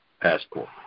passport